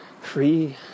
free